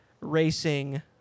racing